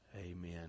amen